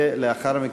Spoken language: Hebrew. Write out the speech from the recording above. ולאחר מכן,